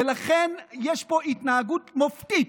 ולכן יש פה התנהגות מופתית,